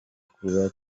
kuba